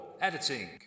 editing